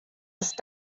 ist